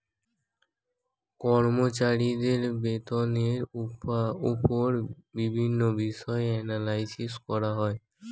কর্মচারীদের বেতনের উপর বিভিন্ন বিষয়ে অ্যানালাইসিস করা হয়